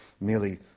merely